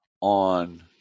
on